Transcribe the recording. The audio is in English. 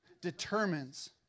determines